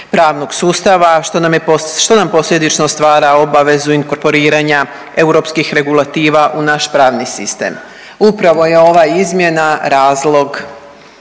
pravnog sustava što nam posljedično stvara obavezu inkorporiranja europskih regulativa u naš pravni sistem Upravo je ova izmjena razlog